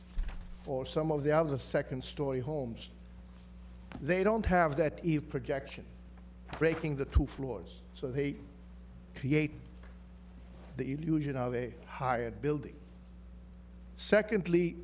for some of the other the second story homes they don't have that eve projection breaking the two floors so they create the illusion of a hired building secondly